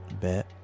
Bet